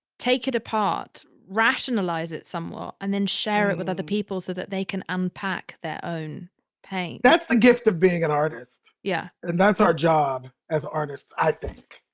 take it apart, rationalize it somewhat, and then share it with other people so that they can unpack their own pain that's the gift of being an artist yeah and that's our job as artists, i think,